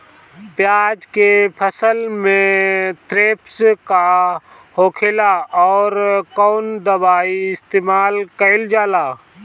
प्याज के फसल में थ्रिप्स का होखेला और कउन दवाई इस्तेमाल कईल जाला?